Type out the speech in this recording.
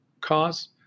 cause